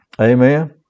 Amen